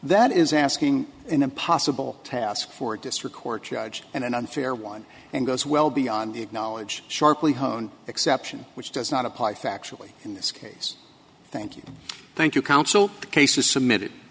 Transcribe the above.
that is asking an impossible task for a district court judge and an unfair one and goes well beyond the acknowledge sharply honed exception which does not apply factually in this case thank you thank you counsel the case was submitted